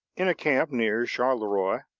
in camp near charleroi,